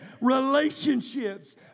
relationships